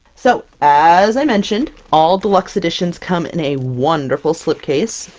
so, as i mentioned, all deluxe editions come in a wonderful slip case,